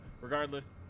regardless